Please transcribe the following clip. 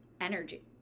energy